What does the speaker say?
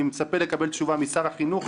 אני מצפה לקבל תשובה משר החינוך,